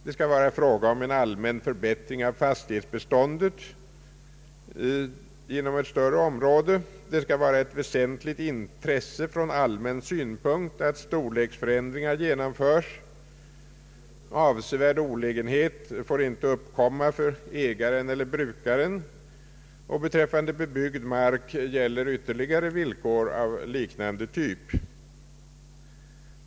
Det skall vara fråga om en allmän förbättring av fastighetsbeståndet inom ett större område, vara ett väsentligt intresse från allmän synpunkt att storleksförändringen genomföres, avsevärd olägenhet får inte uppkomma för ägaren eller brukaren; beträffande bebyggd mark gäller ytterligare villkor av liknande typ.